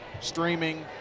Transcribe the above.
streaming